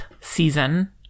season